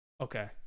Okay